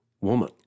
woman